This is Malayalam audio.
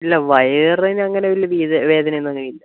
ഇല്ല വയറിനിങ്ങനെ വലിയ വീദ വേദനയൊന്നും അങ്ങനെയില്ല